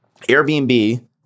Airbnb